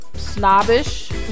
Snobbish